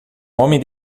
homem